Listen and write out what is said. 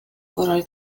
korral